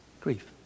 grief